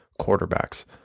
quarterbacks